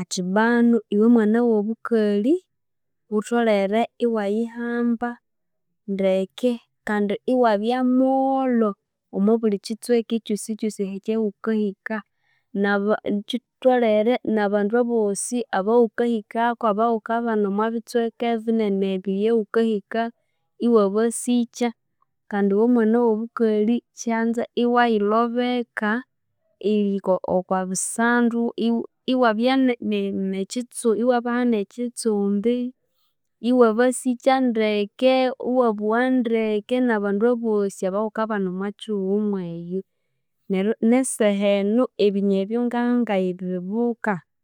athi bwanu iwe mwana w'obukali wutholhere iwayihamba ndeke kandi iwabya mw'oolho omo buli kitsweka ekyosi kyosi ekyawukahika, n'aba ki- kitholhere n'abandu abosi abawukahikako abawukabana omo bitsweka binene ebyo eyawukahika iwabasikya kandi iwe mwana w'obukalhi kyanza iwayilhobeka erihika okwa bisandu, iwa iwabya ne n'ekitsu iwabaha n'ekitsumbi, iwabasikya ndeke, iwabugha ndeke n'abandu abosi abawukabana omo kihugho mweyo ne- neryo n'esaha eno ebinywa ebyo nga ngabibuka.